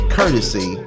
courtesy